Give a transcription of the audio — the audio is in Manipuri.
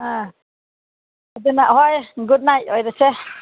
ꯑꯥ ꯑꯗꯨꯅ ꯍꯣꯏ ꯒꯨꯠ ꯅꯥꯏꯠ ꯑꯣꯏꯔꯁꯦ